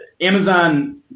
Amazon